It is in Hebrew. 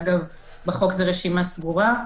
אגב, בחוק זאת רשימה סגורה.